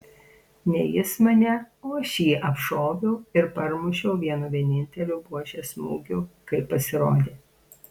ne jis mane o aš jį apšoviau ir parmušiau vienu vieninteliu buožės smūgiu kai pasirodė